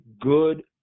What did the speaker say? good